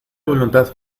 voluntad